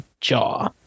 Jaw